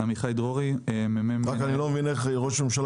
עמיחי דרורי --- אני לא מבין איך ראש הממשלה